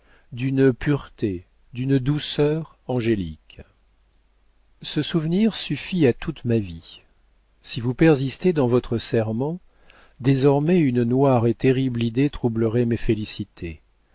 d'une pureté d'une douceur angéliques ce souvenir suffit à toute ma vie si vous persistez dans votre serment désormais une noire et terrible idée troublerait mes félicités